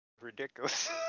ridiculous